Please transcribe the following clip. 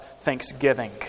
thanksgiving